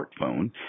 smartphone